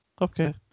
Okay